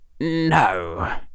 No